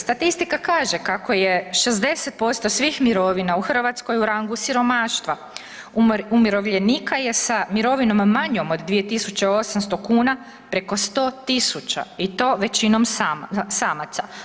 Statistika kaže kako je 60% svih mirovina u Hrvatskoj u rangu siromaštva, umirovljenika je sa mirovinom manjom od 2800 kuna preko 100 tisuća i to većinom samaca.